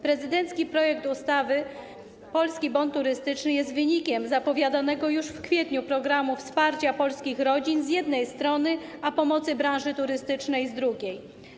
Prezydencki projekt ustawy o Polskim Bonie Turystycznym jest wynikiem zapowiadanego już w kwietniu programu wsparcia polskich rodzin z jednej strony, a pomocy branży turystycznej z drugiej.